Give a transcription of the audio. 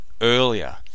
earlier